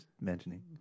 mentioning